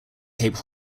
cape